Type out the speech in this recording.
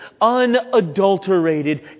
unadulterated